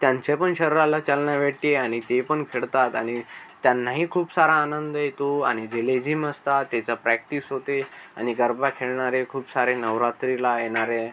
त्यांच्यापण शरीराला चालना वेटते आणि ते पण खेळतात आणि त्यांनाही खूप सारा आनंद येतो आणि जे लेझीम असतात त्याचं प्रॅक्टिस होते आणि गरबा खेळणारे खूप सारे नवरात्रीला येणारे